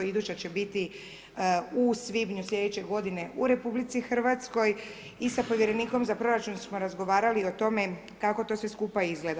Iduća će biti u svibnju slijedeće godine u RH i sa povjerenikom za proračun smo razgovarali o tome kako to sve skupa izgleda.